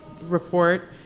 report